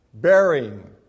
Bearing